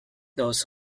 those